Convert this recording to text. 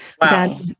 Wow